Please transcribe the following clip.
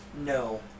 no